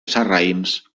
sarraïns